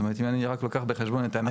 זאת אומרת אם אני לוקח בחשבון את ה-100 ₪.